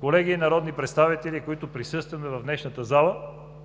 Колеги народни представители, които присъстваме днес в залата,